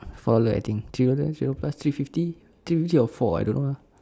four look I think zero learn zero plus three fifty three fifty or four I don't know ah